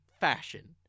fashion